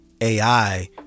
AI